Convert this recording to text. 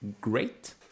great